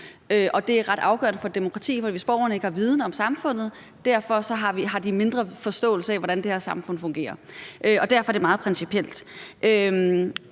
Det er ret afgørende for et demokrati. Hvis borgerne ikke har viden om samfundet, har de mindre forståelse af, hvordan det her samfund fungerer, og derfor er det meget principielt.